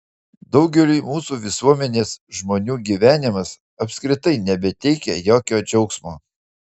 daugeliui mūsų visuomenės žmonių gyvenimas apskritai nebeteikia jokio džiaugsmo